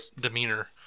demeanor